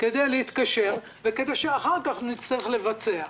כדי להתקשר וכדי שאחר כך נצטרך לבצע.